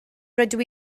rydw